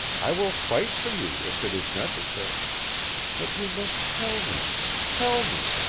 i will fight for you if it is necessary but you must tell me tell me